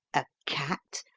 a cat,